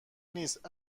نیست